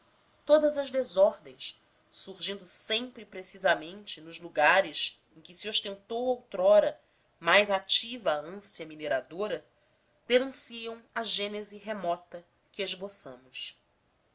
todas as desordens surgindo sempre precisamente nos lugares em que se ostentou outrora mais ativa a ânsia mineradora denunciam a gênese remota que esboçamos